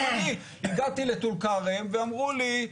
אני הגעתי לטול-כרם ואמרו לי,